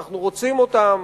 אנחנו רוצים אותם,